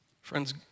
Friends